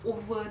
over